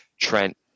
Trent